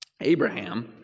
Abraham